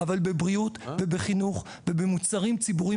אבל בבריאות ובחינוך ובמוצרים ציבוריים